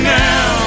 now